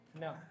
No